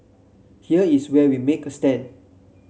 here is where we will make a stand